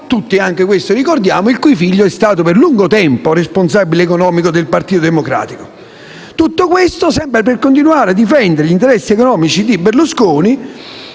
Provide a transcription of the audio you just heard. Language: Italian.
tutti anche questo) il cui figlio è stato per lungo tempo responsabile economico del PD. Tutto questo sempre per continuare a difendere gli interessi economici di Berlusconi